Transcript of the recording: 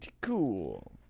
cool